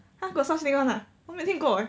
!huh! got such thing [one] ah 我没听过 eh